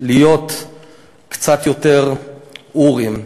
להיות קצת יותר אורים.